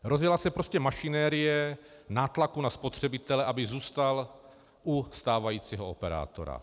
Rozjela se prostě mašinérie nátlaku na spotřebitele, aby zůstal u stávajícího operátora.